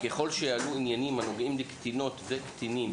ככל שיעלו עניינים הנוגעים לקטינות וקטינים